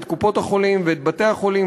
את קופות-החולים ואת בתי-החולים,